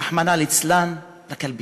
רחמנא ליצלן, לקלפיות.